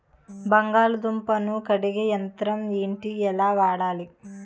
బంగాళదుంప ను కడిగే యంత్రం ఏంటి? ఎలా వాడాలి?